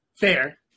fair